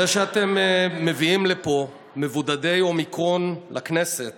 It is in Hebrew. זה שאתם מביאים לפה מבודדי אומיקרון לכנסת